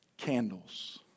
candles